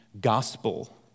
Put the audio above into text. gospel